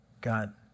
God